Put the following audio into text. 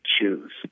choose